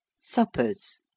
SUPPERS